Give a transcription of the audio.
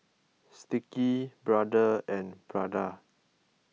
Sticky Brother and Prada